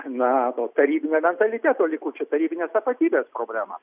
na to tarybinio mentaliteto likučių tarybinės tapatybės problema